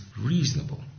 reasonable